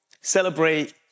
celebrate